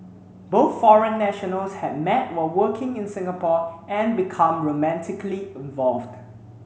both foreign nationals had met while working in Singapore and become romantically involved